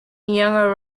younger